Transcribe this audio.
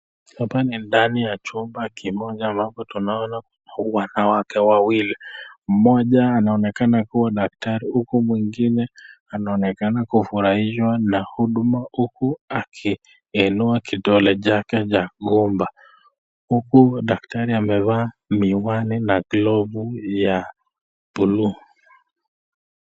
Hapa ni ndani ya chumba kimoja ambapo tunaona wanawake wawili mmoja anaonekana kuwa daktari huku mwingine anaonekana kufurahishwa na huduma huku akiinua kidole chake cha gumba huku daktari amevaa miwani na glavu ya buluu.